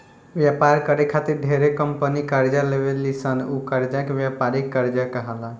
व्यापार करे खातिर ढेरे कंपनी कर्जा लेवे ली सन उ कर्जा के व्यापारिक कर्जा कहाला